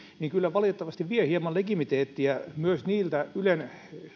kyllä valitettavasti vievät hieman legitimiteettiä myös niiltä ylen